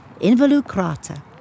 involucrata